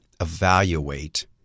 evaluate